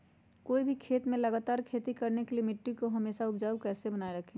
कोई भी खेत में लगातार खेती करने के लिए मिट्टी को हमेसा उपजाऊ कैसे बनाय रखेंगे?